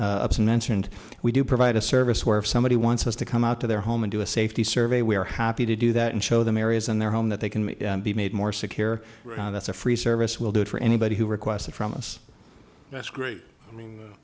and mentioned we do provide a service where if somebody wants us to come out to their home and do a safety survey we are happy to do that and show them areas and their home that they can be made more secure that's a free service we'll do it for anybody who requested from us that's great i mean